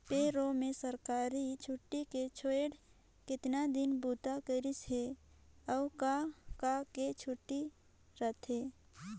पे role में सरकारी छुट्टी के छोएड़ केतना दिन बूता करिस हे, अउ का का के छुट्टी रथे